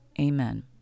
Amen